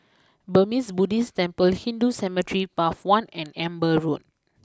Burmese Buddhist Temple Hindu Cemetery Path one and Amber Road